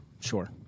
Sure